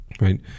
right